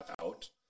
out